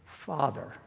Father